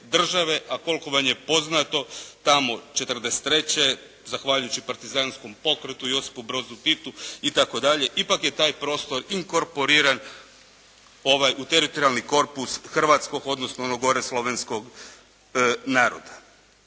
a koliko vam je poznato tamo '43. zahvaljujući partizanskom pokretu i Josipu Brozu Titu itd. ipak je taj prostor inkorporiran u teritorijalni korpus hrvatskog, odnosno onog gore Slovenskog naroda.